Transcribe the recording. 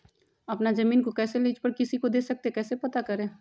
अपना जमीन को कैसे लीज पर किसी को दे सकते है कैसे पता करें?